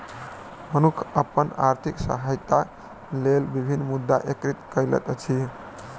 मनुख अपन आर्थिक सहायताक लेल विभिन्न मुद्रा एकत्रित करैत अछि